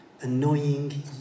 Annoying